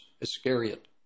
Iscariot